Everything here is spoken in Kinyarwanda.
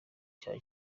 cya